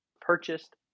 purchased